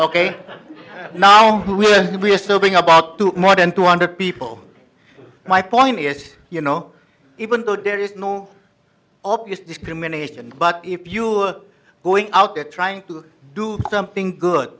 ok now we are still going about to more than two hundred people my point is you know even though there is no obvious discrimination but if you are going out there trying to do something good